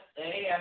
hey